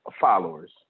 followers